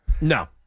No